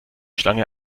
schlange